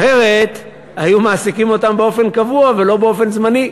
אחרת היו מעסיקים אותם באופן קבוע ולא באופן זמני.